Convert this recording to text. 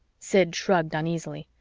sid shrugged uneasily.